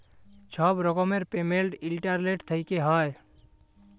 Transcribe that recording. ছব রকমের পেমেল্ট ইলটারলেট থ্যাইকে হ্যয়